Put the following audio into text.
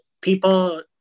people